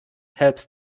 helps